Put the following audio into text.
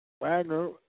Wagner